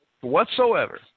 Whatsoever